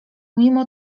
mimo